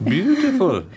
Beautiful